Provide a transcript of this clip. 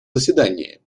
заседании